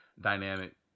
dynamic